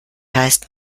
heißt